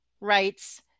rights